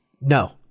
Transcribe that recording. no